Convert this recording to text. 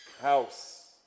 house